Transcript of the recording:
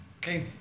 Okay